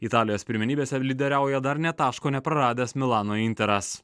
italijos pirmenybėse lyderiauja dar nė taško nepraradęs milano interas